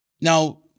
Now